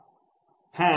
ছাত্রছাত্রীঃ হ্যাঁ